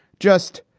just,